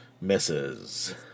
Misses